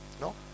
No